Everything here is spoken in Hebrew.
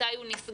מתי הוא נסגר?